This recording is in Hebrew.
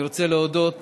אני רוצה להודות